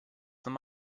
them